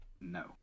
No